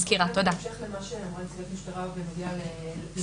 בהמשך למה שאמרה נציגת המשטרה בנוגע לנהלים,